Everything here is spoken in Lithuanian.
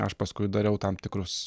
aš paskui dariau tam tikrus